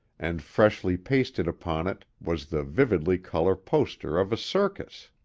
and freshly pasted upon it was the vividly colored poster of a circus.